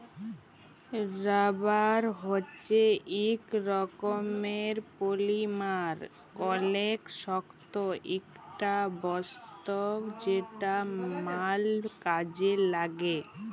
rubber হচ্যে ইক রকমের পলিমার অলেক শক্ত ইকটা বস্তু যেটা ম্যাল কাজে লাগ্যে